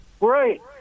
Right